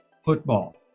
football